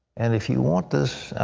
and if you want this,